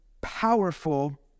powerful